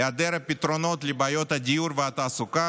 היעדר פתרונות לבעיות הדיור והתעסוקה.